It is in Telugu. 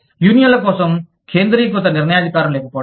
యూనియన్ల కోసం కేంద్రీకృత నిర్ణయాధికారం లేకపోవడం